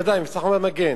ודאי, זה מבצע "חומת מגן".